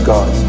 God